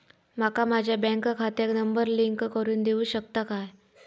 माका माझ्या बँक खात्याक नंबर लिंक करून देऊ शकता काय?